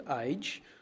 age